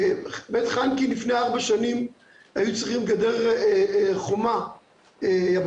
בבית חנקין לפני ארבע שנים היו צריכים חומה יבשתית.